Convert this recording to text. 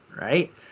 Right